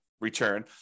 return